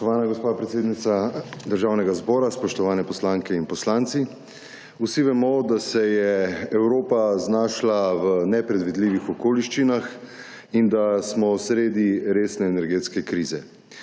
Spoštovana gospa predsednica Državnega zbora, spoštovani poslanke in poslanci! Vsi vemo, da se je Evropa znašla v nepredvidljivih okoliščinah in da smo sredi resne energetske krize.